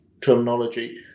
terminology